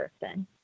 person